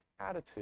attitude